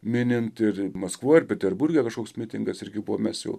minint ir maskvoj ir peterburge kažkoks mitingas irgi buvo mes jau